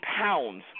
pounds